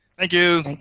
thank you.